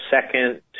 second